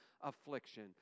affliction